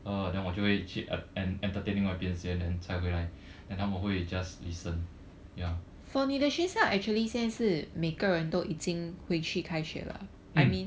uh then 我就会去 uh en~ entertain 另外一边先才回来 then 他们会 just listen ya mm